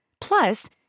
Plus